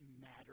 matter